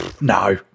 No